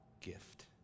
gift